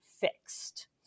fixed